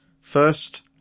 first